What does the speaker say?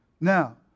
Now